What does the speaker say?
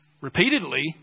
repeatedly